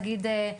נגיד,